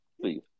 please